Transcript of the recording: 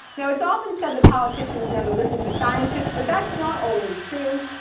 now it's often said that politicians never listen to scientists, but that's not always true.